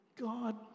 God